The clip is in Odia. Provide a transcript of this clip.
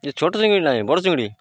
ଛୋଟ ଚିଙ୍ଗୁଡ଼ି ନାହିଁ ବଡ଼ ଚିଙ୍ଗୁଡ଼ି